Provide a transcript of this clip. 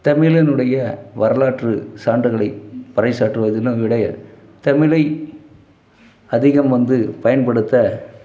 தமிழினுடைய வரலாற்று சான்றுகளை பறைசாற்றுவதிலும் விட தமிழை அதிகம் வந்து பயன்படுத்த